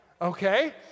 Okay